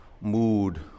mood